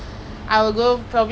what what what do you wanna do